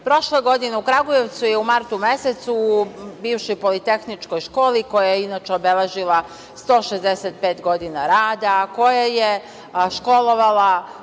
godine u Kragujevcu, u martu mesecu, u bivšoj politehničkoj školi, koja je inače obeležila 165. godina rada, koja je školovala